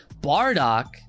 Bardock